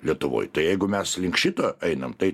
lietuvoj tai jeigu mes link šito einam tai